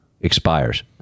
expires